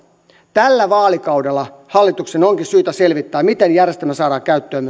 tällä vaalikaudella hallituksen onkin syytä selvittää miten järjestelmä saadaan käyttöön